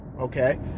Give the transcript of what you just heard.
Okay